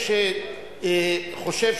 אין על זה ויכוח,